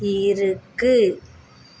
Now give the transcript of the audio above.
இருக்குது